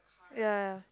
ya ya